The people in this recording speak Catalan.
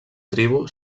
tribu